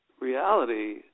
reality